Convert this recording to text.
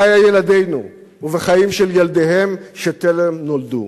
בחיי ילדינו ובחיים של ילדיהם שטרם נולדו.